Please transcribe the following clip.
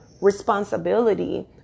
responsibility